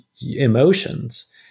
emotions